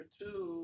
two